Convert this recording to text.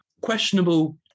questionable